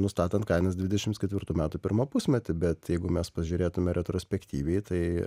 nustatant kainas dvidešims ketvirtų metų pirmą pusmetį bet jeigu mes pažiūrėtume retrospektyviai tai